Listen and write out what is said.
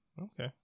Okay